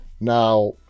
Now